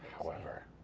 however.